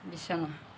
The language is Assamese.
বিছনা